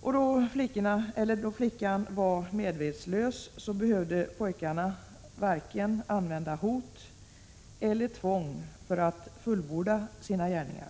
Då flickan var medvetslös, behövde pojkarna varken använda hot eller tvång för att fullborda sina gärningar.